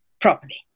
properly